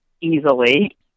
easily